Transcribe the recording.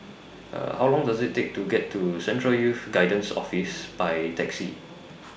How Long Does IT Take to get to Central Youth Guidance Office By Taxi